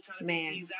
Man